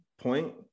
point